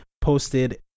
posted